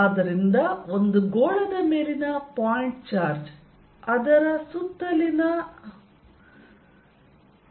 ಆದ್ದರಿಂದ ಒಂದು ಗೋಳದ ಮೇಲಿನ ಪಾಯಿಂಟ್ ಚಾರ್ಜ್ ಅದರ ಸುತ್ತಲಿನ E